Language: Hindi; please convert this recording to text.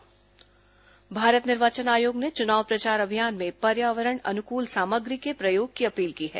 निर्वाचन आयोग अपील भारत निर्वाचन आयोग ने चुनाव प्रचार अभियान में पर्यावरण अनुकूल सामग्री के प्रयोग की अपील की है